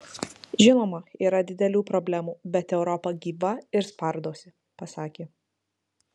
žinoma yra didelių problemų bet europa gyva ir spardosi pasakė